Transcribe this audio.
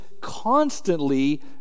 constantly